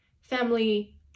family